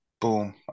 Boom